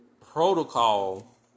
protocol